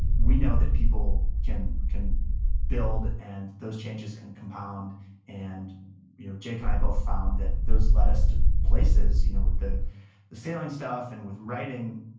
we know that people can can build, and those changes can compound compound you know jake and i both found that those led us to places, you know with the sailing stuff and with writing,